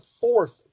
fourth